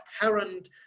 apparent